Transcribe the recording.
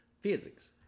physics